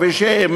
כבישים,